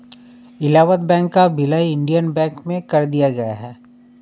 Allahabad bank का विलय Indian bank में कर दिया गया है